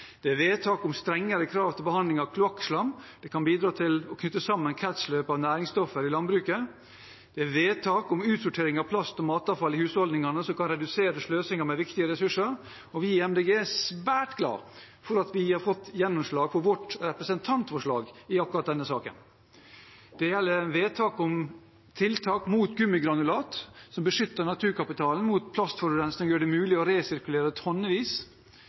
Det er forslag til vedtak om strengere krav til behandling av kloakkslam. Det kan bidra til å knytte sammen kretsløpet av næringsstoffer i landbruket. Det er forslag til vedtak om utsortering av plast- og matavfall i husholdningene som kan redusere sløsingen med viktige ressurser. Vi i MDG er svært glad for at vi har fått gjennomslag for vårt representantforslag i akkurat denne saken. Det gjelder forslag til vedtak om tiltak mot gummigranulat, som beskytter naturkapitalen mot plastforurensning og gjør det mulig å resirkulere tonnevis.